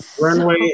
runway